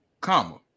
comma